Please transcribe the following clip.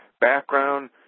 background